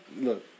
look